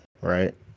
right